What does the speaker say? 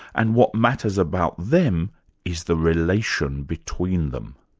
and what matters about them is the relation between them.